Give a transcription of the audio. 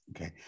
Okay